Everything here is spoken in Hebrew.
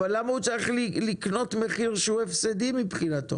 אבל למה הוא צריך לקנות מחיר שהוא הפסדי מבחינתו?